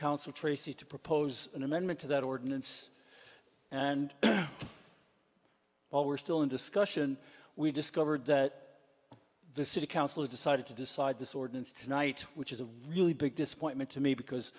council tracy to propose an amendment to that ordinance and while we're still in discussion we discovered that the city council has decided to decide this ordinance tonight which is a really big disappointment to me because